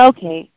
Okay